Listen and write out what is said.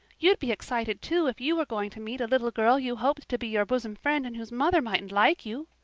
you'd be excited, too, if you were going to meet a little girl you hoped to be your bosom friend and whose mother mightn't like you,